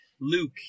Luke